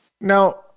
Now